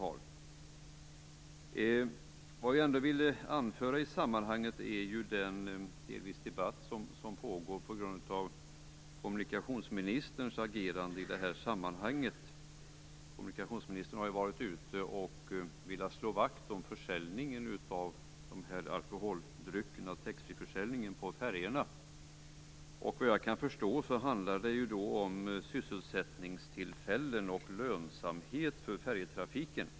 Jag vill anföra i sammanhanget den debatt som pågår på grund av kommunikationsministerns agerande. Kommunikationsministern har velat slå vakt om taxfreeförsäljningen av alkoholdrycker på färjorna. Vad jag kan förstå handlar det om sysselsättningstillfällen och lönsamhet för färjetrafiken.